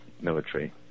military